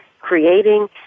creating